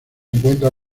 encuentra